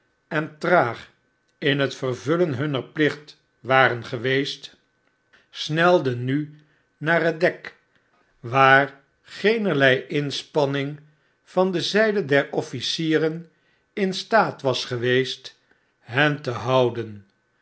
en traag in het vervullen hunner plicht waren geweest snelden nu naar het dek waar geenerlei inspanning de lange zeereis van de zijde der officieren in staat was geweest hen te houden